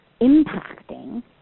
impacting